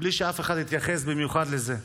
בלי שאף אחד יתייחס במיוחד לזה.